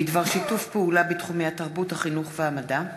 בדבר שיתוף פעולה בתחומי התרבות, החינוך והמדע,